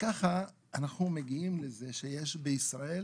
וככה אנחנו מגיעים לזה שיש בישראל